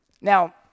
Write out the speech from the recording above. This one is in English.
Now